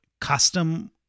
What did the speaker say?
custom